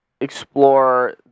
explore